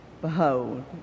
Behold